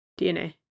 dna